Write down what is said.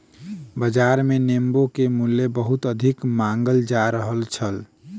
बाजार मे नेबो के मूल्य बहुत अधिक मांगल जा रहल छल